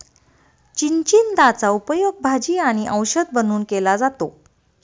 चिचिंदाचा उपयोग भाजी आणि औषध म्हणून केला जातो